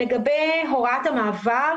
כרגע הוראת המעבר